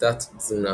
תת-תזונה